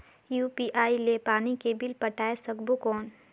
UPI ले पानी के बिल पटाय सकबो कौन?